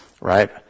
right